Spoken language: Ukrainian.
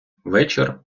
вечір